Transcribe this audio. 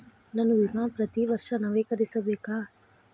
ನನ್ನ ವಿಮಾ ಪ್ರತಿ ವರ್ಷಾ ನವೇಕರಿಸಬೇಕಾ?